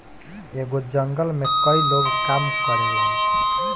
एगो जंगल में कई लोग काम करेलन